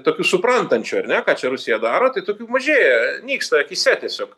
tokių suprantančių ar ne ką čia rusija daro tai tokių mažėja nyksta akyse tiesiog